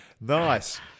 Nice